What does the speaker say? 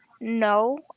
No